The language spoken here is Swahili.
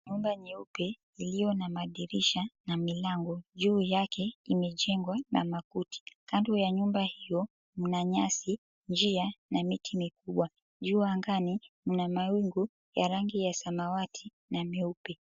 Nyumba nyeupe iliyo na madirisha na milango. Juu yake imejengwa na makuti. Kando ya nyumba hiyo mna nyasi, njia na miti mikubwa. Juu angani mna mawingu ya rangi ya samawati na meupe.